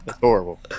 Horrible